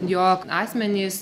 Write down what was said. jog asmenys